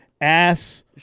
Ass